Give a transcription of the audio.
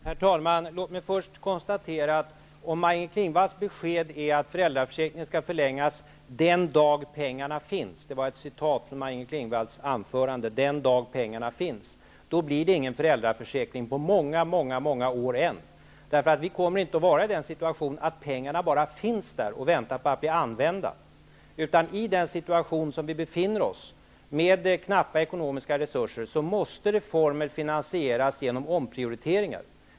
Herr talman! Först konstaterar jag följande. Om Maj-Inger Klingvalls besked är att föräldraförsäkringen skall förlängas ''den dagen pengarna finns'' -- som Maj-Inger Klingvall sade -- blir det ingen föräldraförsäkring på många många många år. Vi kommer nämligen inte att befinna oss i den situationen att pengarna bara finns där och väntar på att bli använda. I den situation som vi befinner oss i, med knappa ekonomiska resurser, måste reformer finansieras genom omprioriteringar.